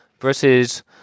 versus